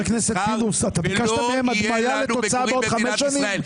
אתה ביקשת מהם הדמיה לתוצאה בעוד חמש שנים?